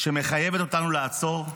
שמחייבת אותנו לעצור,